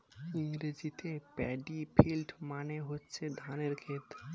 ইংরেজিতে paddy field মানে হচ্ছে ধানের ক্ষেত